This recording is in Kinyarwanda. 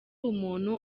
umuntu